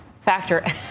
factor